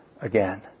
again